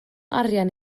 arian